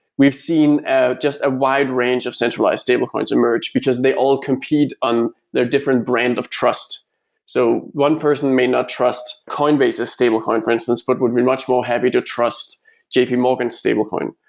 we've seen ah just a wide range of centralized stablecoins emerge, emerge, because they all compete on their different brand of trust so one person may not trust coinbase as stablecoin for instance, but would be much more happy to trust jp morgan's stablecoin.